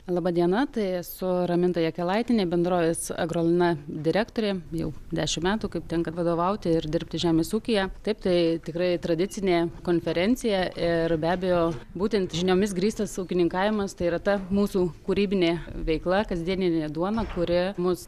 laba diena tai esu raminta jakelaitienė bendrovės agrolina direktorė jau dešimt metų kaip tenka vadovauti ir dirbti žemės ūkyje taip tai tikrai tradicinė konferencija ir be abejo būtent žiniomis grįstas ūkininkavimas tai yra ta mūsų kūrybinė veikla kasdieninė duona kuri mus